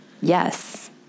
Yes